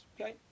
Okay